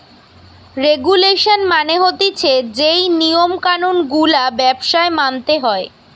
regulation মানে হতিছে যেই নিয়ম কানুন গুলা ব্যবসায় মানতে হয়